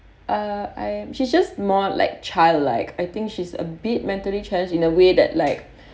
uh I'm she just more like child-like I think she's a bit mentally challenged in a way that like